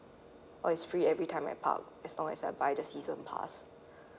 or is free everytime I park as long as I buy the season pass